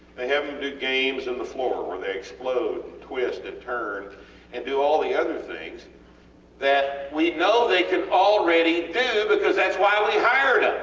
they have them do games on and the floor where they explode and twist and turn and do all the other things that we know they can already do because thats why we hired ah